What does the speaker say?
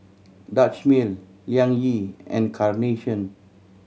Dutch Mill Liang Yi and Carnation